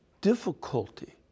difficulty